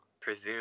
presume